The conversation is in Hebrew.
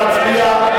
נא להצביע.